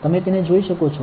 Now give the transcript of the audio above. તમે તેને જોઈ શકો છો